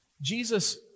Jesus